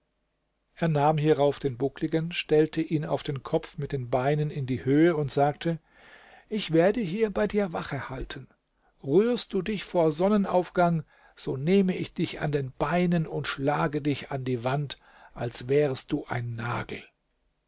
er nahm hierauf den buckligen stellte ihn auf den kopf mit den beinen in die höhe und sagte ich werde hier bei dir wache halten rührst du dich vor sonnenaufgang so nehme ich dich an den beinen und schlage dich in die wand als wärst du ein nagel